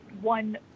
one